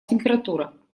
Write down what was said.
температура